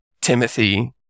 Timothy